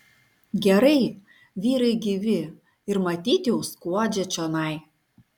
gerai vyrai gyvi ir matyt jau skuodžia čionai